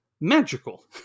magical